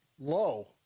low